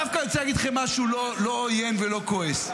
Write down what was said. אני דווקא רוצה להגיד לכם משהו לא עוין ולא כועס.